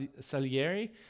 Salieri